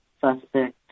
suspect